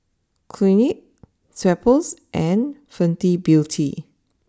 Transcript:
Clinique Schweppes and Fenty Beauty